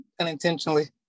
unintentionally